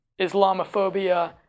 Islamophobia